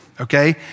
Okay